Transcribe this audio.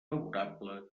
favorable